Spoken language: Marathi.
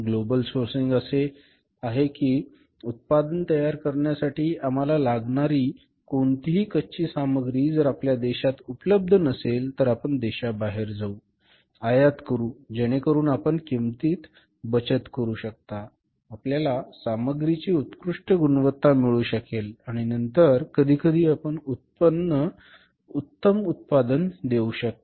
ग्लोबल सोर्सिंग असे आहे की उत्पादन तयार करण्यासाठी आम्हाला लागणारी कोणतीही कच्ची सामग्री जर आपल्या देशात उपलब्ध नसेल तर आपण देशाबाहेर जाऊ आयात करू जेणेकरुन आपण किंमतीत बचत करू शकता आपल्याला सामग्रीची उत्कृष्ट गुणवत्ता मिळू शकेल आणि नंतर कधीकधी आपण उत्तम उत्पादन देऊ शकता